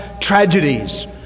tragedies